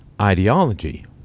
ideology